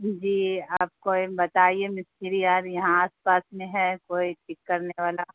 جی آپ کوئی بتائیے مستری آر یہاں آس پاس میں ہے کوئی ٹھیک کرنے والا